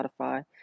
Spotify